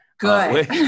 Good